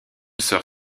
sort